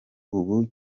ubu